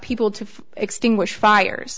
people to extinguish fires